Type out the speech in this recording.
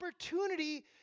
opportunity